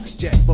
down.